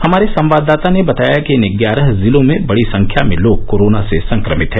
हमारे संवाददाता ने बताया कि इन ग्यारह जिलों में बड़ी संख्या में लोग कोरोना से संक्रमित हैं